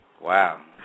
wow